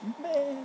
meh